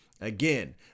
Again